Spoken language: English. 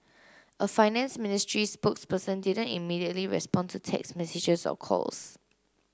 a finance ministry spokesperson didn't immediately respond to text messages or calls